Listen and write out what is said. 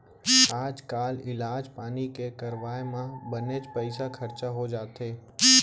आजकाल इलाज पानी के करवाय म बनेच पइसा खरचा हो जाथे